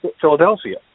Philadelphia